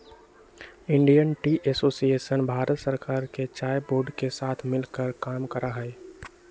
Indian tea association Bharat सरकार के चाय बोर्ड के साथ मिलकर काम करा हई